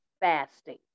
fasting